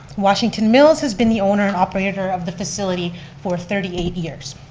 washington mills has been the owner and operator of the facility for thirty eight years.